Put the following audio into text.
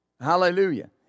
Hallelujah